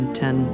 ten